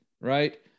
Right